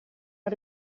non